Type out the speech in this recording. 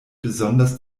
besonders